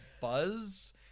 buzz